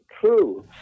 true